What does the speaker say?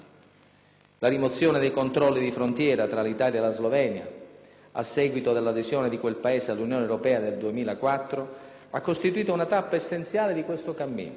La rimozione dei controlli di frontiera tra l'Italia e la Slovenia, a seguito dell'adesione di quel Paese all'Unione europea nel 2004, ha costituito una tappa essenziale di questo cammino,